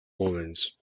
omens